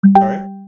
sorry